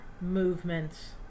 movements